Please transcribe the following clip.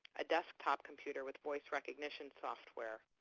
a desktop computer with voice recognition software,